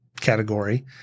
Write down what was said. category